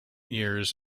years